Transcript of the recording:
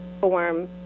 form